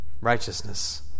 Righteousness